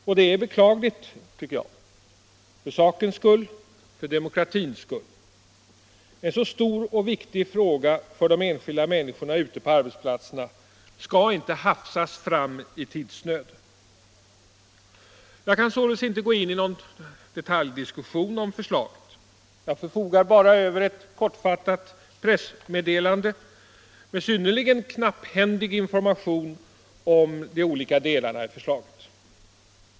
Detta är beklagligt tycker jag, för sakens skull, för demokratins skull. En så stor och viktig fråga för de enskilda människorna ute på arbetsplatserna skall inte hafsas fram i tidsnöd. Jag kan således inte gå in i någon detaljdiskussion om förslaget. Jag förfogar bara över ett kortfattat pressmeddelande med synnerligen knapphändig information om de olika delarna i förslaget.